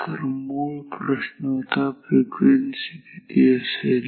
तर मूळ प्रश्न होता फ्रिक्वेन्सी किती असेल